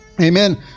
Amen